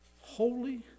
holy